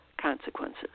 consequences